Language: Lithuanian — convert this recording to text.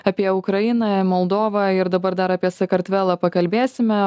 apie ukrainą moldovą ir dabar dar apie sakartvelą pakalbėsime